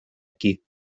aquí